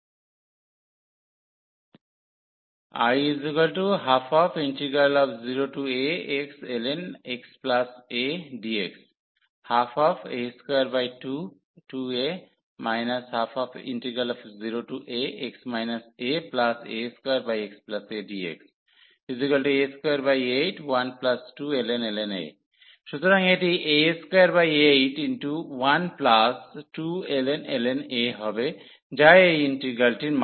I120axln⁡xadx 12a222a 120ax aa2xadx a2812ln a সুতরাং এটি a2812ln a হবে যা এই ইন্টিগ্রালটির মান